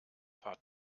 paar